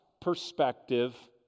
perspective